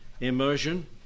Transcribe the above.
immersion